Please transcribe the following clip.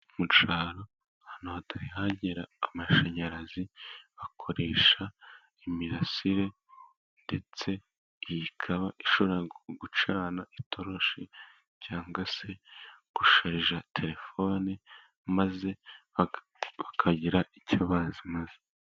Mu cyaro ahantu hatahagera amashanyarazi bakoresha imirasire, ndetse ikaba ishobora gucana itoroshi cyangwa se gusharija telefone, maze bakagira icyo bazi maze.